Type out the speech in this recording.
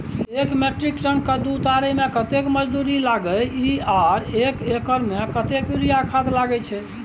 एक metric ton कद्दू उतारे में कतेक मजदूरी लागे इ आर एक एकर में कतेक यूरिया खाद लागे छै?